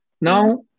Now